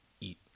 eat